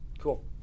cool